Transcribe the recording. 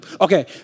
Okay